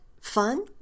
fun